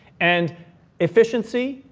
and efficiency,